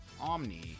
Omni